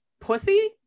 pussy